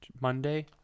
Monday